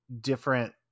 different